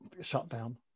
shutdown